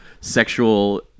sexual